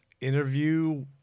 interview